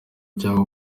cyangwa